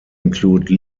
include